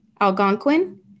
Algonquin